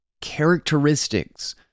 characteristics